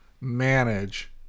manage